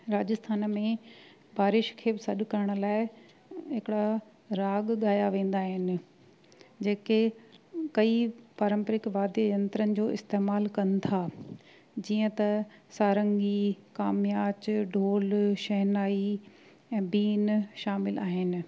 राजस्थान में बारिश खे सॾु करण लाइ हिकिड़ा राग ॻाया वेंदा आहिनि जे के कई पारंपरिक वाद्य यंत्रन जो इस्तेमालु कनि था जीअं त सारंगी काम्याच ढोल शहनाई ऐं बीन शामिलु आहिनि